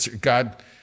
God